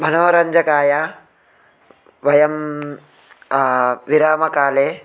मनोरञ्जनाय वयं विरामकाले